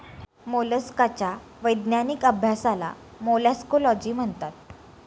मोलस्काच्या वैज्ञानिक अभ्यासाला मोलॅस्कोलॉजी म्हणतात